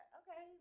okay